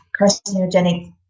carcinogenic